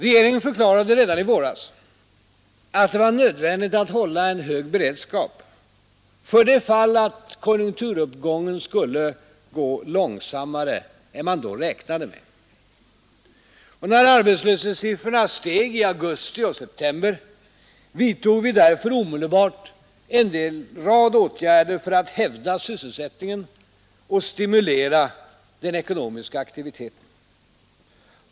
Regeringen förklarade redan i våras att det var nödvändigt att hålla en hög beredskap för det fall att konjunkturuppgången skulle gå långsammare än man då räknade med. När arbetslöshetssiffrorna steg i augusti och september vidtog vi därför omedelbart en rad åtgärder för att hävda sysselsättningen och stimulera den ekonomiska aktiviteten.